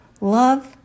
love